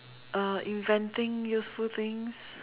uh inventing useful things